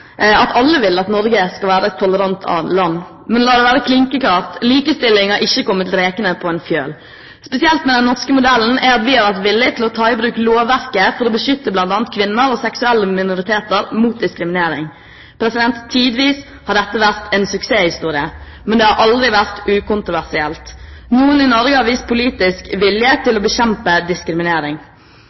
at alle vil at Norge skal være et tolerant land. Men la det være klinkende klart: Likestilling er ikke kommet rekende på ei fjøl. Spesielt med den norske modellen er at vi har vært villig til å ta i bruk lovverket for å beskytte bl.a. kvinner og seksuelle minoriteter mot diskriminering. Tidvis har dette vært en suksesshistorie, men det har aldri vært ukontroversielt. Noen i Norge har vist politisk vilje til å bekjempe diskriminering.